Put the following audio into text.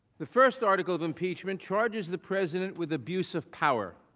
the first article of impeachment charges the president with abuse of power.